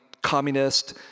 communist